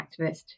activist